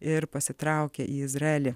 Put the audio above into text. ir pasitraukė į izraelį